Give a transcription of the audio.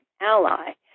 ally